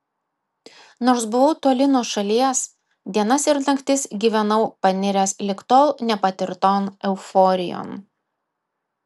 nors buvau toli nuo šalies dienas ir naktis gyvenau paniręs lig tol nepatirton euforijon